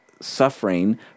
suffering